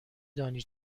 دانی